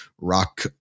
rock